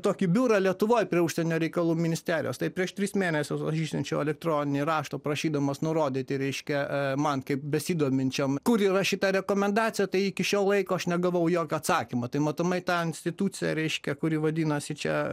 tokį biurą lietuvoj prie užsienio reikalų ministerijos tai prieš tris mėnesius aš išsiunčiau elektroninį raštą prašydamas nurodyti reiškia man kaip besidominčiam kur yra šita rekomendacija tai iki šiol laiko aš negavau jokio atsakymo tai matomai ta institucija reiškia kuri vadinasi čia